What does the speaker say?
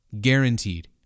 Guaranteed